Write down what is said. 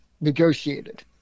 Negotiated